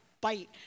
bite